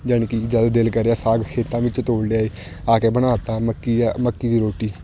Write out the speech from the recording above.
ਜਾਣੀ ਕਿ ਜਦ ਦਿਲ ਕਰਿਆ ਸਾਗ ਖੇਤਾਂ ਵਿੱਚੋਂ ਤੋੜ ਲਿਆਏ ਆ ਕੇ ਬਣਾ ਤਾ ਮੱਕੀ ਆ ਮੱਕੀ ਦੀ ਰੋਟੀ